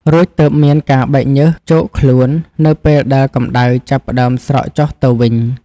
រួចទើបមានការបែកញើសជោកខ្លួននៅពេលដែលកម្ដៅចាប់ផ្តើមស្រកចុះទៅវិញ។